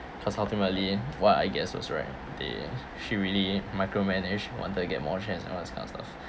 because ultimately what I guess was right they she really micromanage wanted to get more chance and all that kind of stuff